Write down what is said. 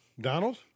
Donald